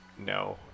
No